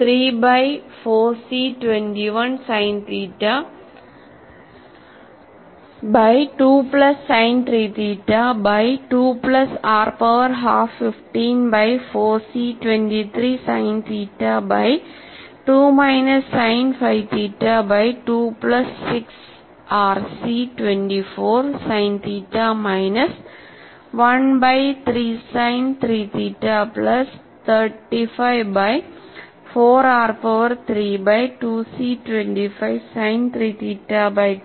3 by 4 c 21 sine theta by 2 plus sine 3 theta by 2 plus r power half 15 by 4 c 23 sine theta by 2 minus sine 5 theta by 2 plus 6 r c24 sine theta minus 1 by 3 sine 3 theta plus 35 by 4 r power 3 by 2 c 25 sign 3 theta by 2 minus sine 7 theta by 2